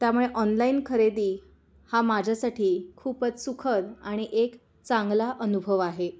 त्यामुळे ऑनलाईन खरेदी हा माझ्यासाठी खूपच सुखद आणि एक चांगला अनुभव आहे